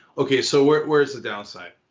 okay, so where's where's the downside?